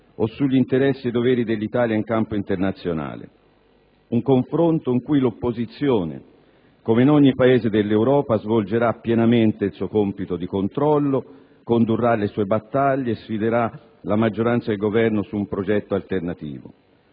o sugli interessi e doveri dell'Italia in campo internazionale; un confronto in cui l'opposizione, come in ogni Paese dell'Europa, svolgerà pienamente il suo compito di controllo, condurrà le sue battaglie, sfiderà la maggioranza ed il Governo su un progetto alternativo.